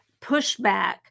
pushback